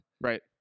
Right